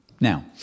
Now